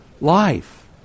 life